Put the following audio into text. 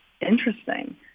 interesting